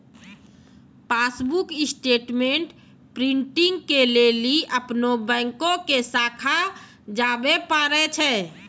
passbook statement printing के लेली अपनो बैंको के शाखा जाबे परै छै